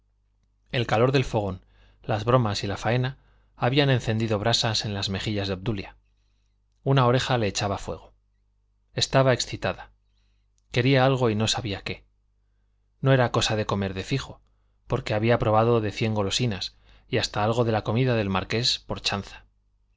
el calor del fogón las bromas y la faena habían encendido brasas en las mejillas de obdulia una oreja le echaba fuego estaba excitada quería algo y no sabía qué no era cosa de comer de fijo porque había probado de cien golosinas y hasta algo de la comida del marqués por chanza